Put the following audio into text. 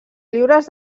lliures